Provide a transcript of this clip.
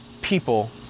people